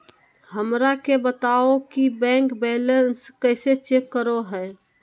हमरा के बताओ कि बैंक बैलेंस कैसे चेक करो है?